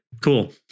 Cool